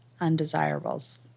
undesirables